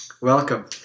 Welcome